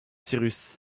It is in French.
cyrus